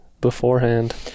beforehand